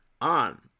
on